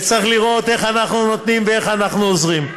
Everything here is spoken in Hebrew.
וצריך לראות איך אנחנו נותנים ואיך אנחנו עוזרים.